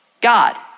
God